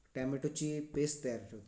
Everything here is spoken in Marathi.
टॅमेटोची पेस्ट तयार ठेवतो